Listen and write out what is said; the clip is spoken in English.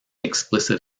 explicit